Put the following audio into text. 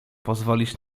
pozwolić